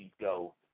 go